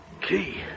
key